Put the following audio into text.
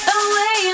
away